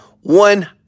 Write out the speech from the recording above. one